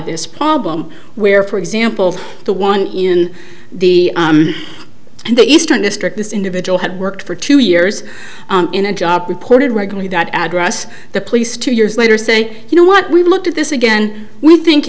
this problem where for example the one in the and the eastern district this individual had worked for two years in a job reported regularly that address the police two years later say you know what we've looked at this again we think